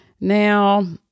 Now